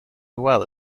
well